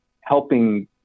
helping